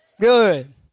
Good